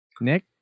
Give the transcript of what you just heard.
Nick